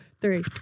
three